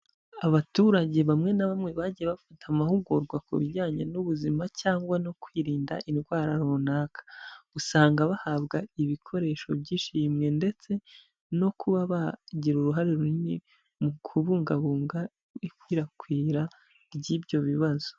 Abaturage bamwe na bamwe bagiye bafata amahugurwa ku bijyanye n'ubuzima cyangwa no kwirinda indwara runaka, usanga bahabwa ibikoresho by'ishimwe ndetse no kuba bagira uruhare runini mu kubungabunga ikwirakwira ry'ibyo bibazo.